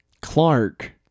Clark